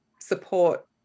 support